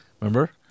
remember